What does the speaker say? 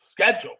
schedule